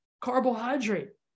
carbohydrate